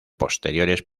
posteriores